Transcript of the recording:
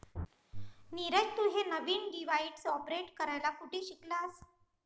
नीरज, तू हे नवीन डिव्हाइस ऑपरेट करायला कुठे शिकलास?